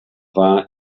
war